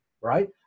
right